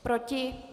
Proti?